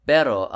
Pero